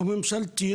או ממשלתית,